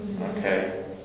okay